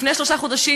לפני שלושה חודשים,